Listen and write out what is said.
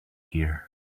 here